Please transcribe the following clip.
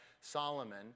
Solomon